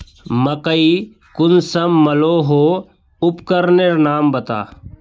मकई कुंसम मलोहो उपकरनेर नाम बता?